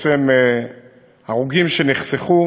הרוגים שנחסכו